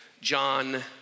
John